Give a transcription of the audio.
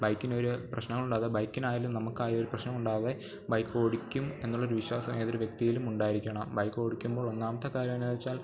ബൈക്കിനൊരു പ്രശ്നങ്ങൾ ഉണ്ടാകാതെ ബൈക്കിനായാലും നമുക്കായാലും ഒരു പ്രശ്നങ്ങളുണ്ടാവാതെ ബൈക്ക് ഓടിക്കും എന്നുള്ളൊരു വിശ്വാസം ഏതൊരു വ്യക്തിയിലും ഉണ്ടായിരിക്കണം ബൈക്ക് ഓടിക്കുമ്പോൾ ഒന്നാമത്തെ കാര്യം എന്നാ എന്ന് വെച്ചാൽ